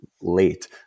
late